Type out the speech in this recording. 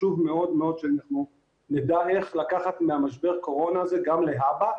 חשוב מאוד שנדע איך לקחת ממשבר הקורונה הזה גם להבא.